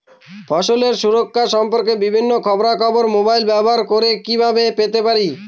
ফসলের সুরক্ষা সম্পর্কে বিভিন্ন খবরা খবর মোবাইল ব্যবহার করে কিভাবে পেতে পারি?